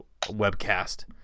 webcast